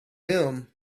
him